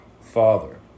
Father